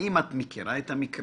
האם את מכירה את המקרה?